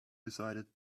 decided